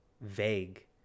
vague